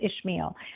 ishmael